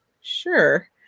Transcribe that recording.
sure